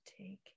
take